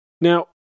Now